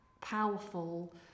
powerful